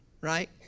right